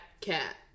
cat